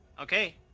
Okay